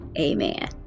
Amen